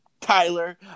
Tyler